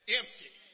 empty